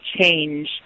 change